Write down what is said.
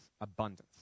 abundance